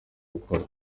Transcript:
gukora